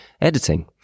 editing